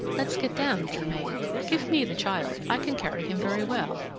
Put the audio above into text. let's get down, germain give me the child i can carry him very well,